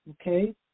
Okay